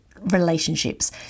relationships